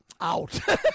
Out